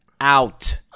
out